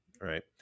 right